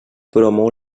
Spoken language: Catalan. promou